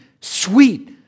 sweet